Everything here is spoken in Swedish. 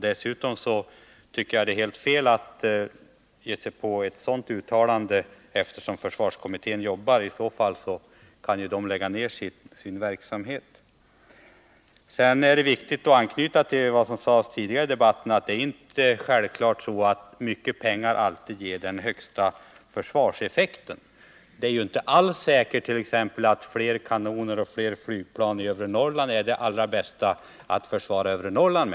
Dessutom vore det helt fel att göra ett sådant uttalande nu, eftersom försvarskommittén arbetar — i så fall kunde den lägga ned sin verksamhet. Det är viktigt att anknyta till vad som sades tidigare i debatten om att det inte är självklart att mycket pengar alltid ger den högsta försvarseffekten. Det ärt.ex. inte alls säkert att man med fler kanoner och fler flygplan i övre Norrland allra bäst försvarar övre Norrland.